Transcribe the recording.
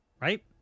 Right